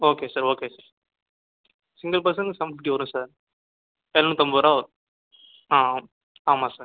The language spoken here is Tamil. okay sir okay sir single பர்ஸ்சனுக்கு செவன் ஃபிஃப்ட்டி வரும் சார் எரநூத்தம்பது ரூபா வரும் ஆ ஆமாம் சார்